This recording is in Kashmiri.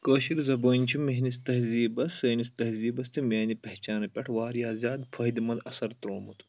کٲشِر زبٲنۍ چھِ میٲنِس تہزیٖبس سٲنِس تہزیٖبس تہِ میانہِ پہچانہٕ پؠٹھ واریاہ زیادٕ فٲیدٕ منٛد اَثر ترومُت